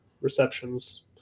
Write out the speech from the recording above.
receptions